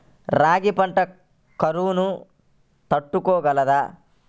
రాగి పంట కరువును తట్టుకోగలదా?